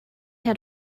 had